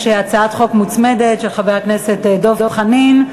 יש הצעת חוק מוצמדת של חבר הכנסת דב חנין.